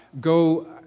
go